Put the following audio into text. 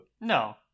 No